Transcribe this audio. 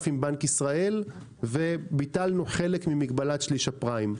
עם בנק ישראל וביטלנו חלק ממגבלת שליש הפריים.